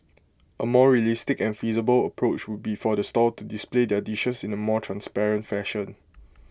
A more realistic and feasible approach would be for the stall to display their dishes in A more transparent fashion